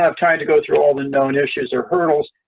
have time to go through all the known issues or hurdles.